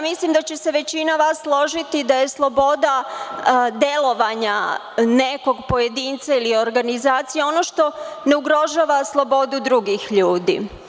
Mislim da će se većina vas složiti da je sloboda delovanja nekog pojedinca ili organizacije ono što ne ugrožava slobodu drugih ljudi.